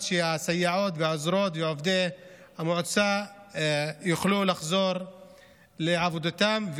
שהסייעות והעוזרות ועובדי המועצה יוכלו לחזור לעבודתם,